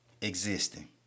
existing